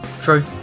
True